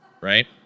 right